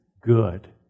good